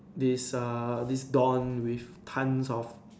this err this don with tons of